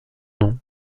nom